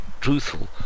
truthful